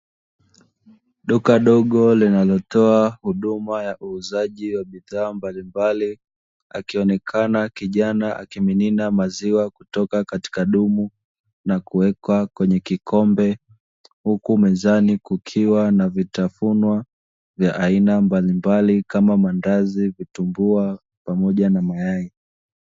Duka dogo linalotoa huduma ya uuzaji wa bidhaa mbalimbali, akionekana kijana akimimina maziwa kutoka katika dumu na kuwekwa kwenye kikombe. Huku mezani kukiwa na vitafunwa vya aina mbalimbali kama maandazi, vitumbua pamoja na mayai.